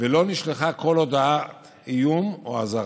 ולא נשלחה כל הודעת איום או אזהרה.